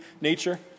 nature